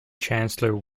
chancellor